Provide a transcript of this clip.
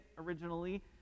originally